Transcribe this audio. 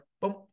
Boom